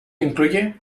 incluye